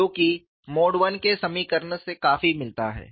जो की mode I के समीकरण से काफी मिलता है